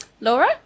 Laura